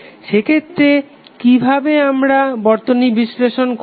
সেক্ষেত্রে কিভাবে আমরা বর্তনী বিশ্লেষণ করবো